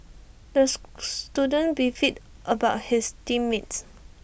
those student beefed about his team mates